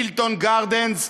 Hilton Gardens,